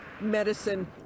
medicine